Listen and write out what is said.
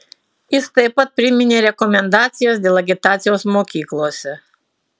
jis taip pat priminė rekomendacijas dėl agitacijos mokyklose